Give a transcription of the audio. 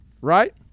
right